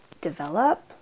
develop